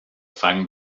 fang